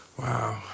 Wow